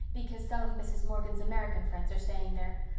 because some of mrs. morgan's american friends are staying there.